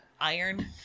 iron